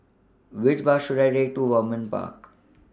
Which Bus should I Take to Vernon Park